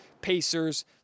Pacers